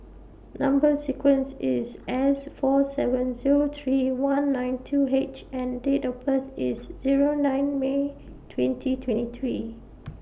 Number sequence IS S four seven Zero three one nine two H and Date of birth IS Zero nine May twenty twenty three